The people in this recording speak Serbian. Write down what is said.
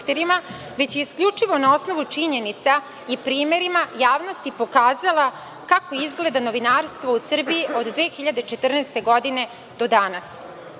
već isključivo na osnovu činjenica i primerima javnosti je pokazala kako izgleda novinarstvo u Srbiji od 2014. godine do danas. Na